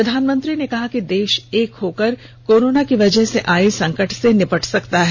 प्रधानमंत्री ने कहा कि देष एक होकर कोरोना की वजह से आए संकट से निपट सकता है